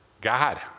God